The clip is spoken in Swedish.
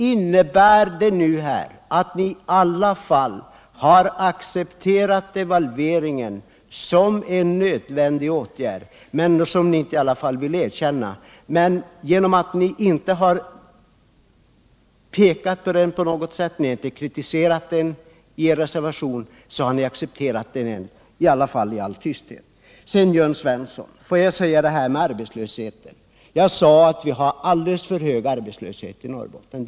Innebär er reservation att ni i alla fall har accepterat devalveringen som en nödvändig åtgärd? Ni vill inte erkänna det, men genom att ni inte på något sätt har kritiserat den i er reservation har ni accepterat den i all tysthet. Låt mig sedan säga några ord till Jörn Svensson beträffande arbetslösheten. Jag sade att vi har alldeles för hög arbetslöshet i Norrbotten.